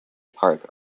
park